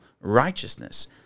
righteousness